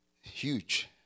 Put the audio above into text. huge